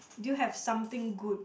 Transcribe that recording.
do you have something good